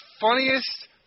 funniest